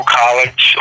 college